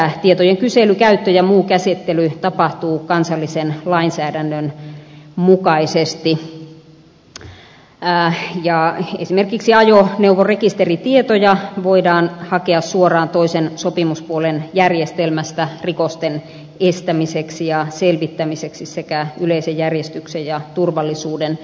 tietojen kysely käyttö ja muu käsittely tapahtuu kansallisen lainsäädännön mukaisesti ja esimerkiksi ajoneuvorekisteritietoja voidaan hakea suoraan toisen sopimuspuolen järjestelmästä rikosten estämiseksi ja selvittämiseksi sekä yleisen järjestyksen ja turvallisuuden ylläpitämiseksi